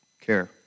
care